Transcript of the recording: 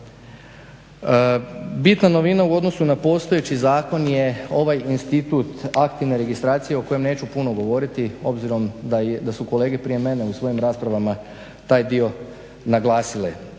Bitna novina u odnosu na postojeći zakon je ovaj institut aktivne registracije o kojem neću puno govorit, obzirom da su kolege prije mene u svojim raspravama taj dio naglasile.